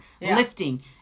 lifting